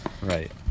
Right